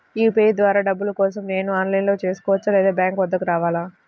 UPI ద్వారా డబ్బులు కోసం నేను ఆన్లైన్లో చేసుకోవచ్చా? లేదా బ్యాంక్ వద్దకు రావాలా?